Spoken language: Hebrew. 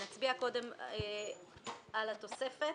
נצביע קודם על התוספת.